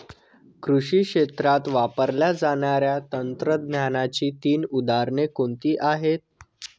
कृषी क्षेत्रात वापरल्या जाणाऱ्या तंत्रज्ञानाची तीन उदाहरणे कोणती आहेत?